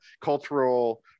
cultural